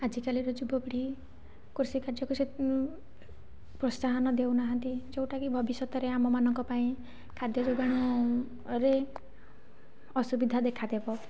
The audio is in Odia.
ଆଜିକାଲିର ଯୁବପିଢ଼ି କୃଷିକାର୍ଯ୍ୟକୁ ପ୍ରୋତ୍ସାହନ ଦେଉନାହାନ୍ତି ଯେଉଁଟାକି ଭବିଷ୍ୟତରେ ଆମମାନଙ୍କପାଇଁ ଖାଦ୍ୟ ଯୋଗାଣ ରେ ଅସୁବିଧା ଦେଖାଦେବ